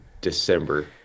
december